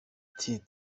ati